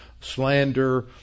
slander